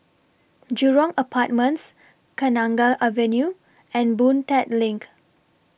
Jurong Apartments Kenanga Avenue and Boon Tat LINK